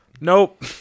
Nope